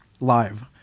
live